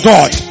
God